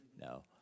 No